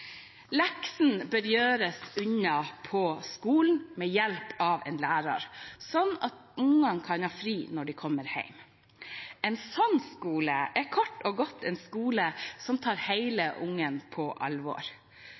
bør gjøres unna på skolen med hjelp av en lærer, slik at ungene kan ha fri når de kommer hjem. En slik skole er kort og godt en skole som tar hele ungen på alvor.